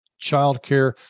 childcare